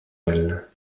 elle